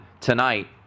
tonight